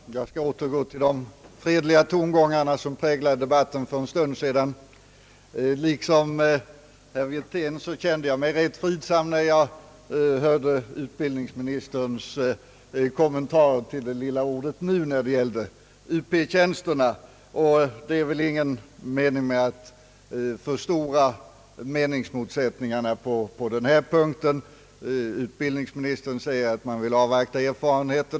Herr talman! Jag skall återgå till de fredliga tongångar som präglade debatten för en stund sedan. Liksom herr Wirtén kände jag mig rätt fridsam när jag hörde utbildningsministerns kommentarer till det lilla ordet »nu» i fråga om Upr-tjänsterna. Det är väl ingen mening med att förstora meningsmotsättningarna på «denna punkt. Utbildningsministern säger att erfarenheterna bör avvaktas.